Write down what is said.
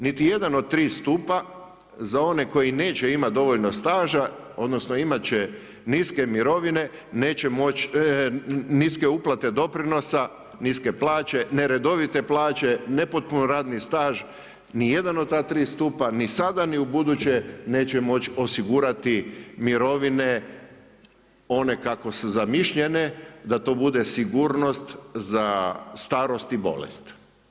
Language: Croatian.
Niti jedan od tri stupa za one koji neće imati dovoljno staža, odnosno imati će niske mirovine neće moći, niske uplate doprinosa, niske plaće, neredovite plaće, nepotpun radni staž, ni jedan od ta tri stupa ni sada ni u buduće neće moći osigurati mirovine one kako su zamišljene da to bude sigurnost za starost i bolest.